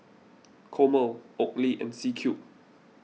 Chomel Oakley and C Cube